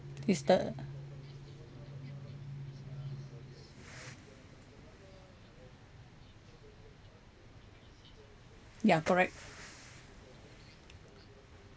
is the ya correct